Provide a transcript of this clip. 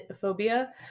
phobia